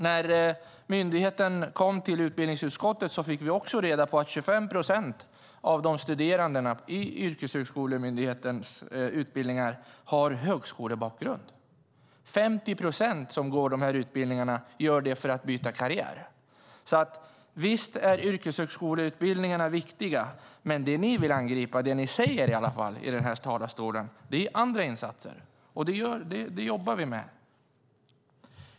När myndigheten kom till utbildningsutskottet fick vi reda på att 25 procent av de studerande i yrkeshögskolemyndighetens utbildningar har högskolebakgrund. 50 procent av dem som går dessa utbildningar gör det för att byta karriär. Visst är yrkeshögskoleutbildningarna viktiga. Men det ni vill angripa - i alla fall det ni talar om i talarstolen här - är andra insatser. Det jobbar vi med.